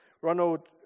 Ronald